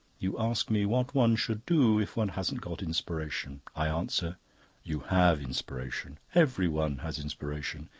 you ask me what one should do if one hasn't got inspiration. i answer you have inspiration everyone has inspiration.